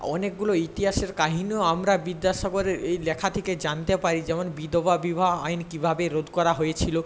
অনেকগুলো ইতিহাসের কাহিনিও আমরা বিদ্যাসাগরের এই লেখা থেকে জানতে পারি যেমন বিধবা বিবাহ আইন কী ভাবে রোধ করা হয়েছিল